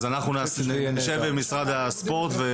אנחנו נשב עם משרד הספורט.